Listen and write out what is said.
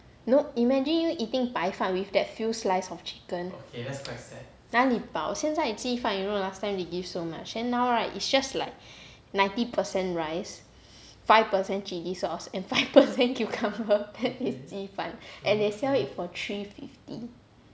imagine you eating 白饭 with that few slice of chicken 哪里饱现在鸡饭 you know last time they give so much then now right it's just like ninety percent rice five percent chili sauce and five percent cucumber that is 鸡饭 and they sell it for three fifty